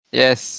yes